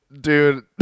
dude